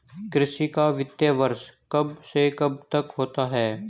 कृषि का वित्तीय वर्ष कब से कब तक होता है?